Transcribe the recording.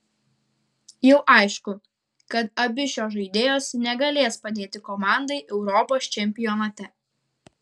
jau aišku kad abi šios žaidėjos negalės padėti komandai europos čempionate